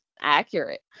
accurate